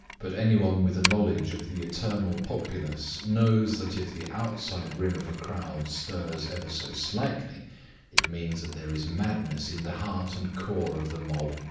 but anyone with a knowledge of the eternal populace knows that if the outside rim of a crowd stirs ever so slightly it means that there is madness in the heart and core of the mob.